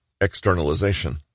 Externalization